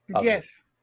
Yes